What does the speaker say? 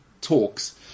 talks